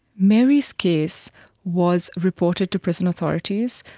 mary's case was reported to prison authorities,